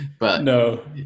No